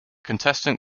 contestant